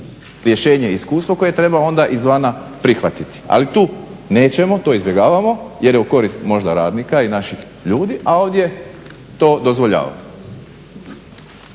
rješenje i iskustvo koje treba onda izvana prihvatiti. Ali tu nećemo, to izbjegavamo jer je u korist možda radnika i naših ljudi, a ovdje to dozvoljavamo.